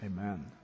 amen